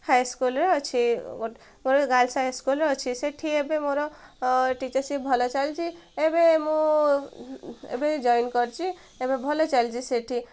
ହାଇସ୍କୁଲରେ ଅଛି ଗୋଟେ ଗାର୍ଲସ ହାଇସ୍କୁଲରେ ଅଛି ସେଠି ଏବେ ମୋର ଟିଚର୍ସିପ୍ ଭଲ ଚାଲିଛି ଏବେ ମୁଁ ଏବେ ଜଏନ୍ କରିଛି ଏବେ ଭଲ ଚାଲିଛି ସେଠି